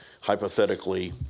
hypothetically